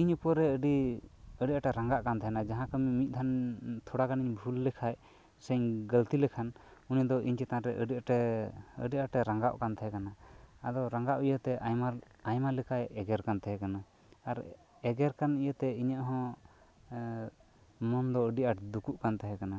ᱤᱧ ᱩᱯᱚᱨᱮ ᱟᱹᱰᱤ ᱨᱟᱸᱜᱟᱜ ᱠᱟᱱ ᱛᱟᱦᱮᱱᱟᱭ ᱡᱟᱦᱟᱸ ᱴᱟᱜ ᱢᱤᱫ ᱫᱚᱢ ᱛᱷᱚᱲᱟ ᱜᱟᱱ ᱤᱧ ᱵᱷᱩᱞ ᱞᱮᱠᱷᱟᱱ ᱥᱮ ᱜᱟᱹᱞᱛᱤ ᱞᱮᱠᱷᱟᱱ ᱩᱱᱤ ᱫᱚ ᱤᱧ ᱪᱮᱛᱟᱱ ᱨᱮ ᱟᱹᱰᱤ ᱟᱸᱴᱮ ᱟᱹᱰᱤ ᱟᱸᱴᱮ ᱨᱟᱸᱜᱟᱣᱚᱜ ᱠᱟᱱ ᱛᱟᱦᱮᱸ ᱠᱟᱱᱟ ᱟᱫᱚ ᱨᱟᱜᱟᱣ ᱤᱭᱟᱹᱛᱮ ᱟᱭᱢᱟ ᱟᱭᱢᱟ ᱞᱮᱠᱟᱭ ᱮᱜᱮᱨ ᱠᱟᱱ ᱛᱟᱦᱮᱸ ᱠᱟᱱᱟ ᱟᱨ ᱮᱜᱮᱨ ᱠᱟᱱ ᱤᱭᱟᱹ ᱛᱮ ᱤᱧᱟᱹᱜᱦᱚᱸ ᱢᱚᱱᱫᱚ ᱟᱹᱰᱤ ᱟᱸᱴ ᱫᱩᱠᱚᱜ ᱠᱟᱱ ᱛᱟᱦᱮᱸ ᱠᱟᱱᱟ